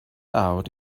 out